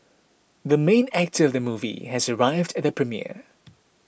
the main actor of the movie has arrived at the premiere